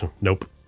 Nope